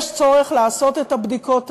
יש צורך לעשות את הבדיקות האלה.